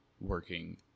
working